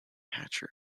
hatcher